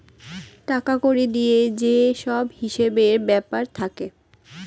টাকা কড়ি দিয়ে যে সব হিসেবের ব্যাপার থাকে